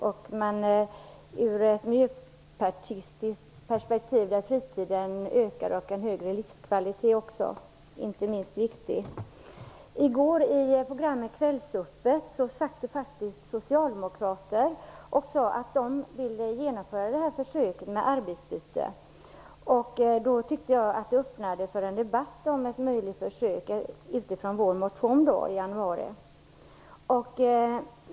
I ett miljöpartistiskt perspektiv skulle man se att fritiden ökar och - inte minst viktigt - en högre livskvalitet uppnås. I programmet Kvällsöppet i går sade socialdemokrater faktiskt att de ville genomföra försök med arbetsbyte, och jag tyckte att man därmed öppnade för en debatt om ett försök utifrån vår motion från januari.